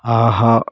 ஆஹா